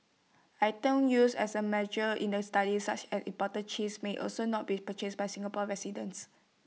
items used as A measure in the study such as imported cheese may also not be purchased by Singapore residents